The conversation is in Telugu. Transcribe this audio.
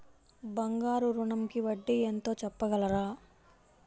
బంగారు ఋణంకి వడ్డీ ఎంతో చెప్పగలరా?